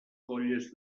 colles